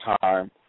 time